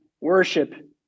worship